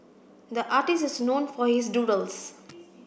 the artist is known for his doodles